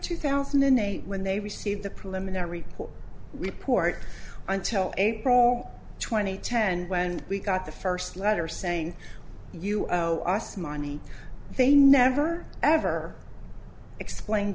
two thousand and eight when they received the preliminary report report until april twenty ten when we got the first letter saying you owe us money they never ever explained